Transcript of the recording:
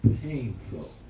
painful